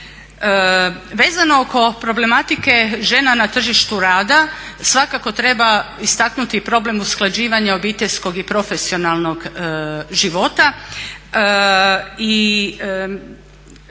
Vezano oko problematike žena na tržištu rada svakako treba istaknuti problem usklađivanja obiteljskog i profesionalnog života i